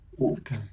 Okay